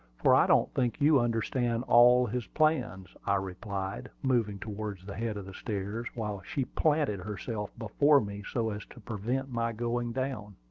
for i don't think you understand all his plans, i replied, moving towards the head of the stairs, while she planted herself before me so as to prevent my going down.